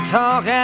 talk